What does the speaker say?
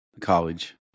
college